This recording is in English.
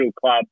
club